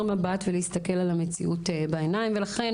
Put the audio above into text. מבט ולהסתכל למציאות בעיניים ולכן,